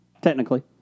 Technically